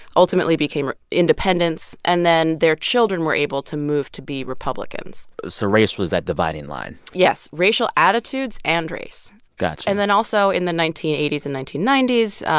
ultimately became independents. and then their children were able to move to be republicans so race was that dividing line yes, racial attitudes and race got you and then, also, in the nineteen eighty s and nineteen ninety s,